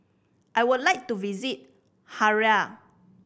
I would like to visit Harare